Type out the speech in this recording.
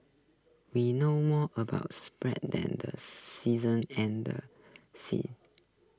we know more about space than the seasons and seas